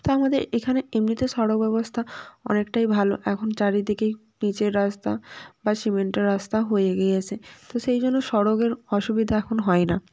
তো আমাদের এখানে এমনিতে সড়ক ব্যবস্থা অনেকটাই ভালো এখন চারিদিকেই পিচের রাস্তা বা সিমেন্টের রাস্তা হয়ে গিয়েছে তো সেই জন্য সড়কের অসুবিধা এখন হয় না